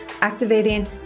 activating